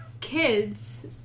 kids